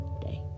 day